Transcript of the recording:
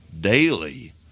daily